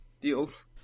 deals